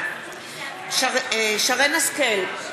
שרן השכל,